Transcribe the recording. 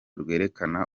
rwerekana